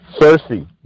Cersei